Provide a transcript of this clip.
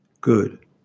Good